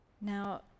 Now